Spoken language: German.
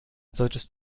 solltest